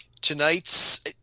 Tonight's